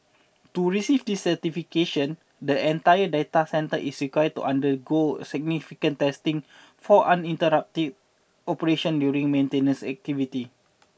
to receive this certification the entire data centre is required to undergo significant testing for uninterrupted operation during maintenance activities